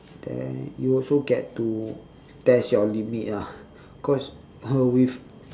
then you also get to test your limit ah cause a with